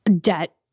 Debt